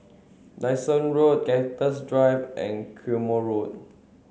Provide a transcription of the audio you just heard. Dyson Road Cactus Drive and Quemoy Road